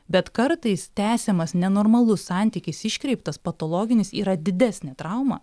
bet kartais tęsiamas nenormalus santykis iškreiptas patologinis yra didesnė trauma